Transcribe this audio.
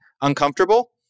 uncomfortable